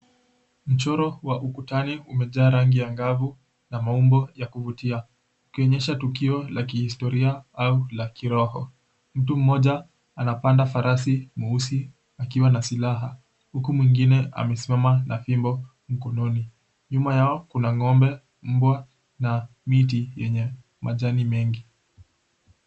Mchoro wa ukutani umejaa rangi angavu na maumbo yakuvutia ikionyesha tukio la kihistoria au la kiroho. Mtu mmoja anapanda farasi mweusi akiwa na silaha huku mwengine akisimama na fimbo mkononi, nyuma yao kuna ngombe, mbwa ma miti yenye majani mingi.